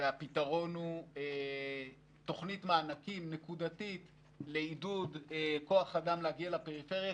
והפתרון הוא תוכנית מענקים נקודתית לעידוד כוח אדם להגיע לפריפריה,